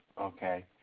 Okay